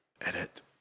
Edit